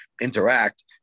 interact